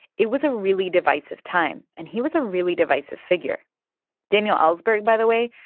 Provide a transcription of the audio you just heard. it was a really divisive time, and he was a really divisive figure daniel ellsberg, by the way,